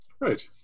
Right